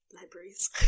libraries